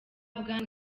bwana